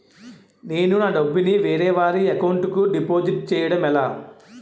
నేను నా డబ్బు ని వేరే వారి అకౌంట్ కు డిపాజిట్చే యడం ఎలా?